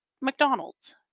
McDonald's